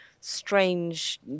strange